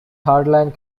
hardline